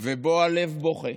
ובו הלב בוכה,